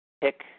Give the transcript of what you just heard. pick